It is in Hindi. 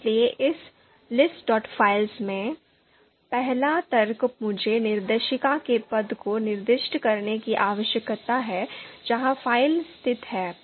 इसलिए इस 'listfiles' में पहला तर्क मुझे निर्देशिका के पथ को निर्दिष्ट करने की आवश्यकता है जहां फाइलें स्थित हैं